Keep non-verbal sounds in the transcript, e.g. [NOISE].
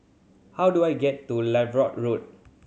how do I get to [UNINTELLIGIBLE] Road